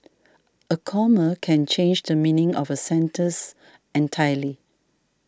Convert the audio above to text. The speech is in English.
a comma can change the meaning of a sentence entirely